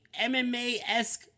MMA-esque